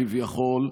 כביכול,